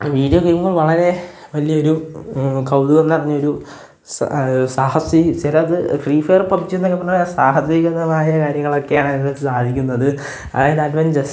video game വളരെ വലിയൊരു കൗതുകം നിറഞ്ഞൊരു ചിലത് ഫ്രീ ഫയർ പബ്ജി എന്നൊക്കെ പറഞ്ഞാൽ സാഹസികമായ കാര്യങ്ങളൊക്കെയാണ് അത് സാധിക്കുന്നത് അതായത് അഡ്വെഞ്ചേസ്